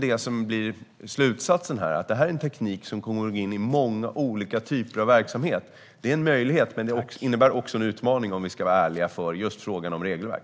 Det här är en teknik som kommer att gå in i många olika typer av verksamheter. Det är en möjlighet, men om vi ska vara ärliga innebär det också en utmaning för just frågan om regelverk.